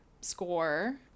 Score